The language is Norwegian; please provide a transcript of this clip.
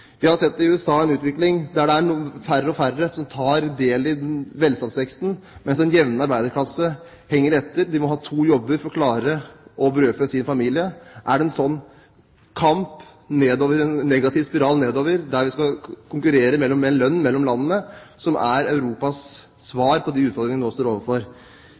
Vi har sett i USA en utvikling der det er færre og færre som tar del i velstandsveksten. Den jevne arbeiderklasse henger etter, de må ha to jobber for å klare å brødfø sin familie. Er det en sånn kamp, en negativ spiral, der vi skal konkurrere om mer lønn mellom landene, som er Europas svar på de utfordringene vi nå står overfor?